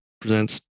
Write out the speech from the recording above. presents